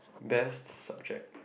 best subject